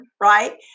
right